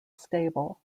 stable